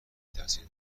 تاثیر